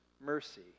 mercy